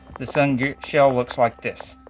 the sun shell looks like this.